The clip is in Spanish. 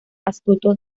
astuto